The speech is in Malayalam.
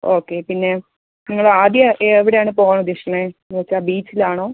ഓക്കെ പിന്നെ നിങ്ങൾ ആദ്യം എവിടെയാണ് പോവാൻ ഉദ്ദേശിക്കുന്നത് എന്നു വച്ചാൽ ബീച്ചിലാണോ